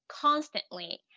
constantly